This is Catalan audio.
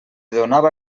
donava